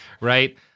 right